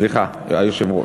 סליחה, היושב-ראש.